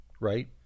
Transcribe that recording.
right